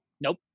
Nope